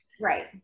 Right